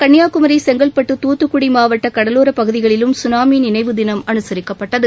கன்னியாகுமரி செங்கல்பட்டு தூத்துக்குடிமாவட்டகடலோரபகுதிகளிலும் சுனாமிநினைவு தினம் அனுசிக்கப்பட்டது